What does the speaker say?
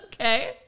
Okay